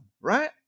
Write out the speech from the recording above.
right